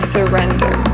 Surrender